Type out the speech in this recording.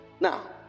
Now